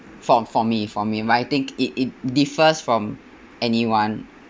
for for me for me but I think it it differs from anyone